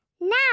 Now